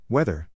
Weather